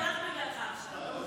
הוא הלך בגללך עכשיו.